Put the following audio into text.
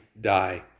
die